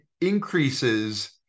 increases